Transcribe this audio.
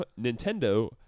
Nintendo